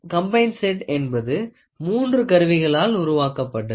combined set என்பது மூன்று கருவிகளால் உருவாக்கப்பட்டது